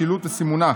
שילוט וסימונה.